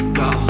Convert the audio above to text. go